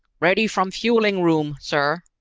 ready from fueling room, sir.